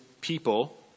people